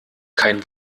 kein